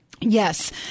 Yes